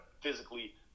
physically